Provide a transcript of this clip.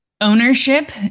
ownership